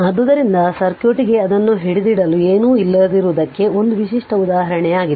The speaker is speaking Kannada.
ಆದ್ದರಿಂದ ಸರ್ಕ್ಯೂಟ್ಗೆ ಅದನ್ನು ಹಿಡಿದಿಡಲು ಏನೂ ಇಲ್ಲದಿರುವುದಕ್ಕೆ ಒಂದು ವಿಶಿಷ್ಟ ಉದಾಹರಣೆಯಾಗಿದೆ